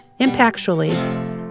impactually